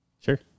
Sure